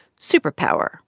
superpower